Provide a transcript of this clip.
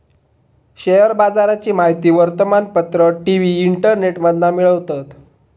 share बाजाराची माहिती वर्तमानपत्र, टी.वी, इंटरनेटमधना मिळवतत